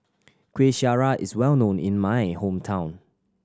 Kueh Syara is well known in my hometown